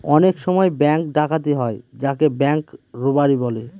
অনেক সময় ব্যাঙ্ক ডাকাতি হয় যাকে ব্যাঙ্ক রোবাড়ি বলে